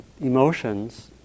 emotions